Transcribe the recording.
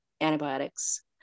antibiotics